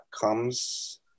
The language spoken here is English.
comes